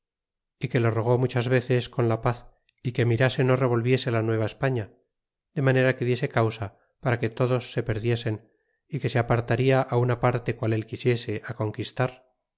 y que le rogó muchas veces con la paz y que mirase no revolviese la nueva españa de manera que diese causa para que todos se perdiesen y que se apartaria una parte qual él quisiese conquistar